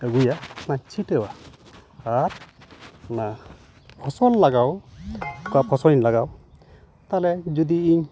ᱟᱹᱜᱩᱭᱟ ᱚᱱᱟᱧ ᱪᱷᱤᱴᱟᱹᱣᱟ ᱟᱨ ᱚᱱᱟ ᱯᱷᱚᱥᱚᱞ ᱞᱟᱜᱟᱣ ᱚᱠᱟ ᱯᱷᱚᱥᱞᱤᱧ ᱞᱟᱜᱟᱣ ᱛᱟᱦᱞᱮ ᱡᱩᱫᱤ ᱤᱧ